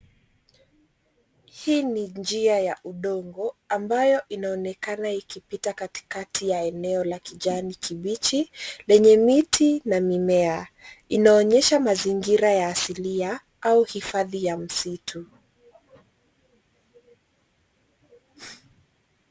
Hii ni njia ya udongo ambayo inaonekana ikipita katikati ya eneo la kijani kibichi lenye miti na mimea. Inaonyesha mazingira ya asilia au hifadhi ya msitu.